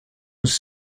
was